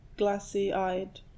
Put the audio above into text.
glassy-eyed